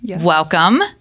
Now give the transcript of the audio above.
welcome